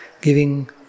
giving